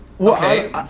Okay